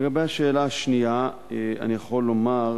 לגבי השאלה השנייה, אני יכול לומר